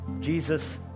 Jesus